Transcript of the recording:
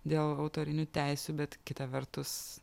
dėl autorinių teisių bet kita vertus